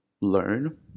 learn